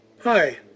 Hi